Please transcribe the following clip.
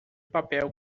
papel